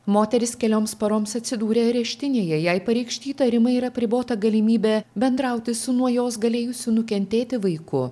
moteris kelioms paroms atsidūrė areštinėje jai pareikšti įtarimai yra apribota galimybė bendrauti su nuo jos galėjusiu nukentėti vaiku